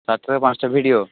চার থেকে পাঁচটা ভিডিও